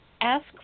ask